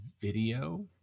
video